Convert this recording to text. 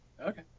Okay